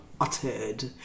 uttered